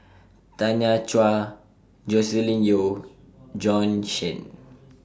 Tanya Chua Joscelin Yeo Bjorn Shen